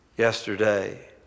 yesterday